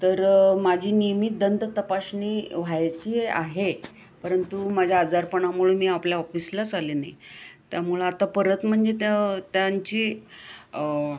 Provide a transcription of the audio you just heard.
तर माझी नियमित दंत तपासणी व्हायची आहे परंतु माझ्या आजारपणामुळे मी आपल्या ऑफिसलाच आले नाही त्यामुळं आता परत म्हणजे त्या त्यांची